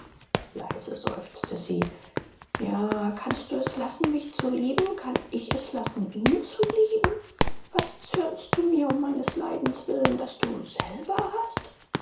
leise seufzte sie ja kannst du es lassen mich zu lieben kann ich es lassen ihn zu lieben was zürnst du mir um meines leidens willen das du selber hast